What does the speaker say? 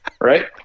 right